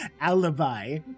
alibi